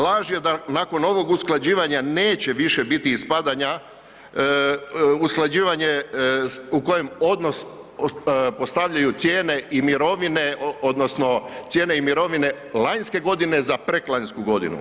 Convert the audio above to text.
Laž je da nakon ovog usklađivanja neće više biti ispadanja usklađivanje u kojem odnos postavljaju cijene i mirovine odnosno cijene i mirovine lanjske godine za preklanjsku godinu.